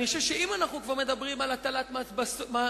אני חושב שאם אנחנו כבר מדברים על הטלת מס בצורת,